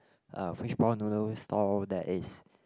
uh fishball noodles stall that is